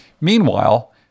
Meanwhile